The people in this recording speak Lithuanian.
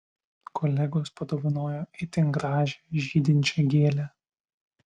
kolegos padovanojo itin gražią žydinčią gėlę